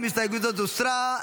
גם הסתייגות זו הוסרה.